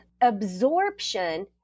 absorption